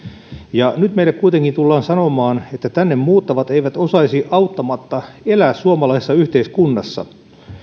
ja nyt meille kuitenkin tullaan sanomaan että tänne muuttavat eivät osaisi auttamatta elää suomalaisessa yhteiskunnassa